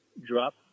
drop